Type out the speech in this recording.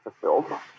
fulfilled